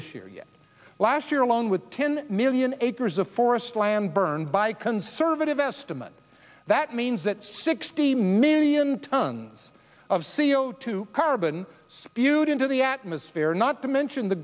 this year yet last year along with ten million acres of forest land burned by conservative estimate that means that sixty million tons of c o two carbon spewed into the atmosphere not to mention the